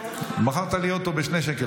מכרת לי אותו בשני שקל,